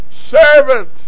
servant